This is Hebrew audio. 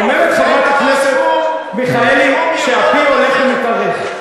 אדוני, אומרת חברת הכנסת מיכאלי שאפי הולך ומתארך.